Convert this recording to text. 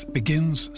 begins